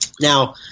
Now